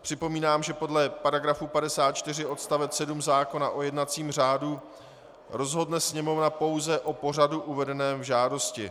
Připomínám, že podle § 54 odst. 7 zákona o jednacím řádu rozhodne Sněmovna pouze o pořadu uvedeném v žádosti.